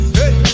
hey